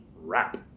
wrap